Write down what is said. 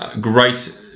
great